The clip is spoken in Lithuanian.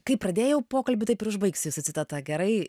kaip pradėjau pokalbį taip ir užbaigsiu su citata gerai